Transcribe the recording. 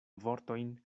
vortojn